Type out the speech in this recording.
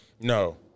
No